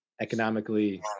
economically